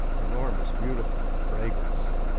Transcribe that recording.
enormous, beautiful fragrance